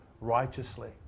righteously